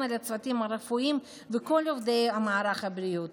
על הצוותים הרפואיים ועל כל עובדי מערך הבריאות,